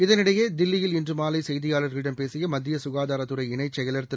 இதனிடையேதில்லியின்இன்றுமாலைசெய்தியாளர்களிடம்பேசியமத்தியசு காதாரத்துறைஇணைச்செயலாளர்திரு